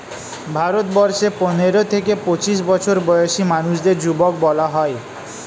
ভারতবর্ষে পনেরো থেকে পঁচিশ বছর বয়সী মানুষদের যুবক বলা হয়